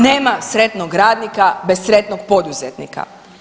Nema sretnog radnika bez sretnog poduzetnika.